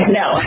no